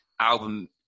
album